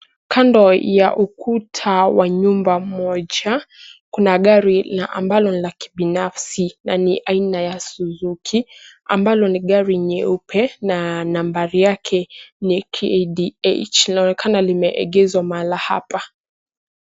Kando ya ukuta wa nyumba moja kuna gari ambalo ni la kibinafsi na ni aina ya suzuki ambalo ni gari nyeupe na nambari yake ni KDH . Inaonekana limeegeshwa mahala hapa.